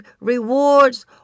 rewards